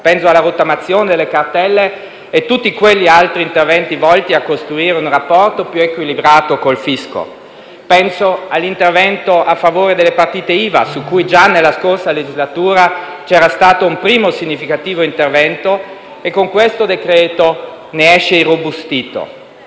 Penso alla rottamazione delle cartelle e a tutti gli altri interventi volti a costruire un rapporto più equilibrato col fisco. Penso all'intervento a favore delle partite IVA, su cui già nella scorsa legislatura c'era stato un primo significativo intervento, che con questo decreto-legge ne esce irrobustito.